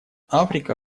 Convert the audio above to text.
африка